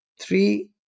Three